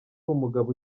umugabo